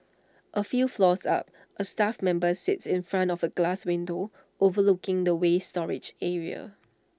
A few floors up A staff member sits in front of A glass window overlooking the waste storage area